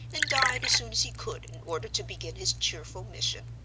and died as soon as he could in order to begin his cheerful mission.